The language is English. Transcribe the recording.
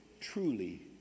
truly